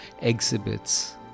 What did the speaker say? exhibits